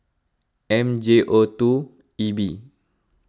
M J O two E B